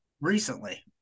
recently